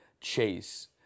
chase